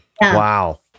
wow